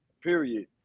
period